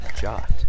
Jot